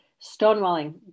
Stonewalling